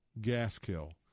Gaskill